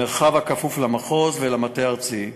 מרחב הכפוף למחוז ולמטה הארצי.